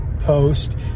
post